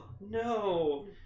no